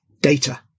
Data